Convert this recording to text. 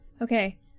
Okay